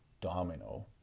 domino